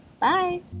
bye